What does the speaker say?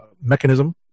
mechanism